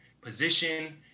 position